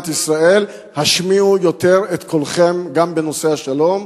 ישראל: השמיעו יותר את קולכם בנושא השלום,